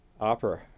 opera